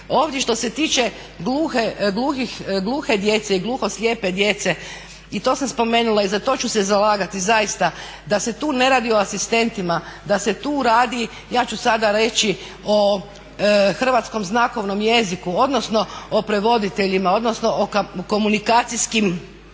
Ovdje što se tiče gluhe djece i gluhoslijepe djece, i to sam spomenula i za to ću se zalagati zaista da se tu ne radi o asistentima, da se tu radi, ja ću sada reći o Hrvatskom znakovnom jeziku, odnosno o prevoditeljima, odnosno o komunikacijskim